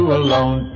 alone